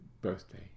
birthday